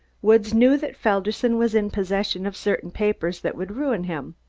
woods knew that felderson was in possession of certain papers that would ruin him.